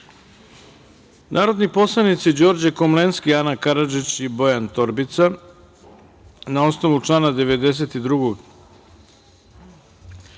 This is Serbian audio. poslanici Đorđe Komlenski, Ana Karadžić i Bojan Torbica, na osnovu člana 92.